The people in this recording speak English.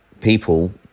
people